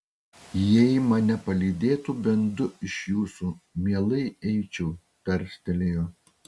jei mane palydėtų bent du iš jūsų mielai eičiau tarstelėjo